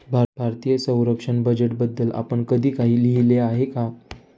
भारतीय संरक्षण बजेटबद्दल आपण कधी काही लिहिले आहे का?